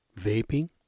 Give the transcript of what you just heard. vaping